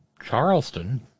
Charleston